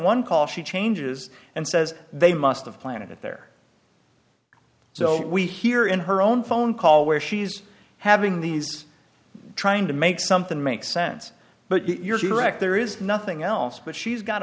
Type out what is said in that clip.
one call she changes and says they must have planted it there so we hear in her own phone call where she's having these trying to make something make sense but you're right there is nothing else but she's got